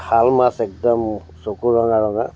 শাল মাছ একদম চকু ৰঙা ৰঙা